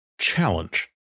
challenge